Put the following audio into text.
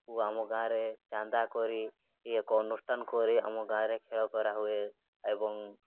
ଓ ଆମ ଗାଁରେ ଚାନ୍ଦା କରି ଇଏ ଏକ ଅନୁଷ୍ଠାନ କରି ଆମ ଗାଁରେ ଖେଳ କରାହୁଏ ଏବଂ